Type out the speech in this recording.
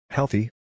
Healthy